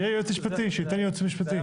שיהיה יועץ משפטי, שייתן ייעוץ משפטי.